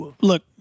Look